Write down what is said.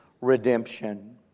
redemption